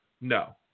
no